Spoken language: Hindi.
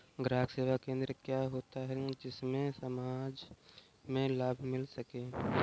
ग्राहक सेवा केंद्र क्या होता है जिससे समाज में लाभ मिल सके?